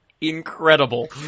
Incredible